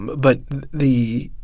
but the